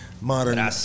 modern